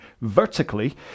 vertically